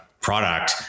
product